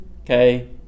okay